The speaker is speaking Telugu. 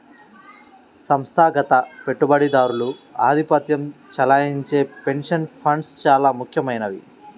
సంస్థాగత పెట్టుబడిదారులు ఆధిపత్యం చెలాయించే పెన్షన్ ఫండ్స్ చాలా ముఖ్యమైనవి